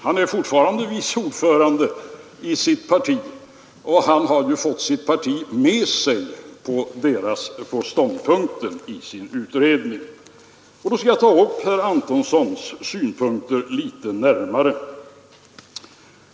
Han är fortfarande vice ordförande i sitt parti, och han har fått sitt parti med sig på den ståndpunkt som han intog i utredningen. Jag skall ta upp herr Antonssons synpunkter litet närmare.